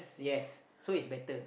yes so it's better